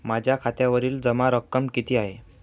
माझ्या खात्यावरील जमा रक्कम किती आहे?